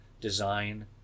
design